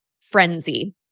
frenzy